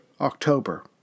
October